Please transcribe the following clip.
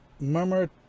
murmur